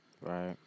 Right